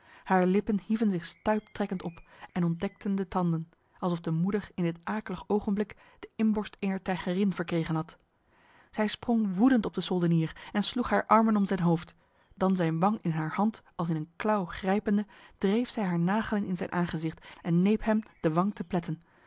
haar lippen hieven zich stuiptrekkend op en ontdekten de tanden alsof de moeder in dit aaklig ogenblik de inborst ener tijgerin verkregen had zij sprong woedend op de soldenier en sloeg haar armen om zijn hoofd dan zijn wang in haar hand als in een klauw grijpende dreef zij haar nagelen in zijn aangezicht en neep hem de wang te pletten